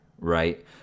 right